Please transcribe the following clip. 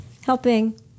helping